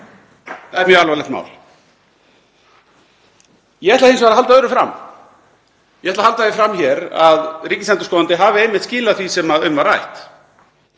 það mjög alvarlegt mál. Ég ætla hins vegar að halda öðru fram. Ég ætla að halda því fram að ríkisendurskoðandi hafi einmitt skilað því sem um var rætt